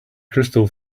crystal